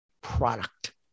product